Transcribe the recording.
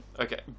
Okay